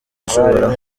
nshobora